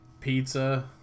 pizza